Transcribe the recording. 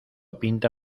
pinta